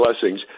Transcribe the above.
blessings